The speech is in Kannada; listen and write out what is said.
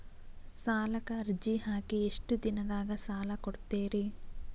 ಸಾಲಕ ಅರ್ಜಿ ಹಾಕಿ ಎಷ್ಟು ದಿನದಾಗ ಸಾಲ ಕೊಡ್ತೇರಿ?